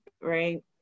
right